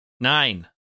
Nine